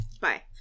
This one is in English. Bye